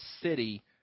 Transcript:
city